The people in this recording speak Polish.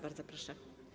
Bardzo proszę.